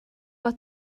bod